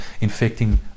infecting